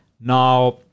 Now